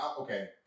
Okay